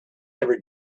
ever